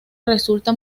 resulta